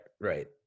right